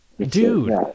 dude